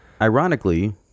Ironically